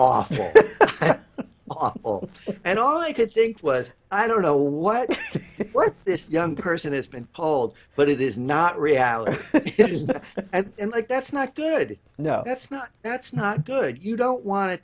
awful awful and all i could think was i don't know what this young person has been told but it is not reality and that's not good no that's not that's not good you don't want to